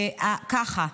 ככה.